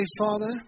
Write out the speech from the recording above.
Father